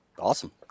Awesome